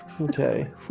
okay